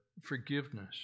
forgiveness